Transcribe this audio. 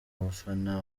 bafana